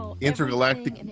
intergalactic